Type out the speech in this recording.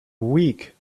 week